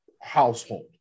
household